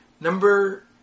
Number